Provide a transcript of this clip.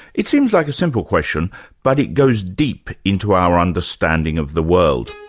it seems like a simple question but it goes deep into our understanding of the world.